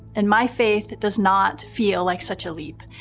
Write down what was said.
and my faith does not feel like such a leap.